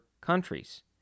countries